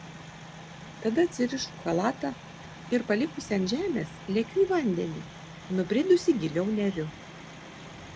tada atsirišu chalatą ir palikusi ant žemės lekiu į vandenį nubridusi giliau neriu